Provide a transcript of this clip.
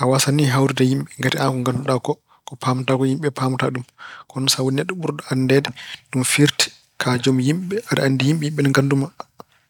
A waasan nii hawrude e yimɓe, kadi aan ko nganndu-ɗaa ko, ko paamɗaa ko, yimɓe paamataa ɗum. Kono sa woni ɓurɗo anndeede, ɗum firti ka jom yimɓe. Aɗa anndi yimɓe, yimɓe ina nganndu-ma.